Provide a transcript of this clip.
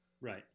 Right